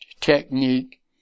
technique